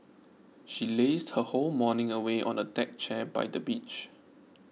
she lazed her whole morning away on a deck chair by the beach